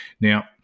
Now